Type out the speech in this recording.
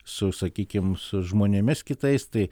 su sakykim su žmonėmis kitais tai